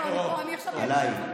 עכשיו אהיה בשקט.